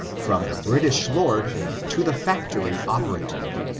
from the british lord to the factory operative,